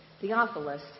Theophilus